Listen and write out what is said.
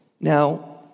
Now